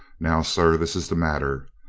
now, sir, this is the matter.